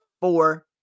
four